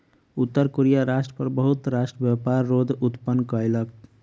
उत्तर कोरिया राष्ट्र पर बहुत राष्ट्र व्यापार रोध उत्पन्न कयलक